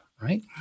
right